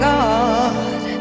God